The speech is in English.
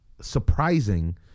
surprising